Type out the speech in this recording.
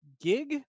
gig